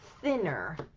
thinner